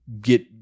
get